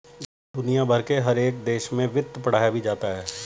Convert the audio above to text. दुनिया भर के हर एक देश में वित्त पढ़ाया भी जाता है